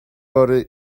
fory